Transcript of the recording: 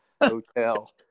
Hotel